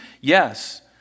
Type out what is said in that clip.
Yes